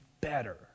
better